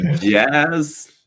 jazz